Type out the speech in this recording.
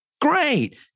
Great